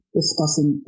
discussing